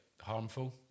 harmful